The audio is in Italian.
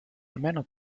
almeno